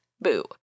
Boo